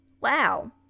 Wow